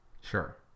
Sure